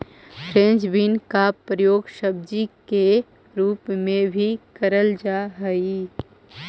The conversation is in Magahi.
फ्रेंच बीन का प्रयोग सब्जी के रूप में भी करल जा हई